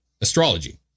astrology